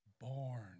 born